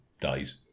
days